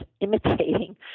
imitating